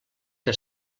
que